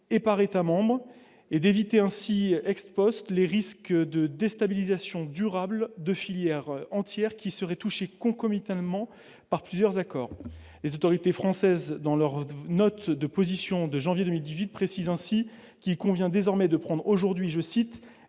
et par États-membres et d'éviter ainsi expose les risques de déstabilisation durable de filière entière qui seraient touchés concomitamment par plusieurs accords, les autorités françaises dans leur note de position de janvier 2010 villes précise ainsi qu'il convient désormais de prendre aujourd'hui, je cite,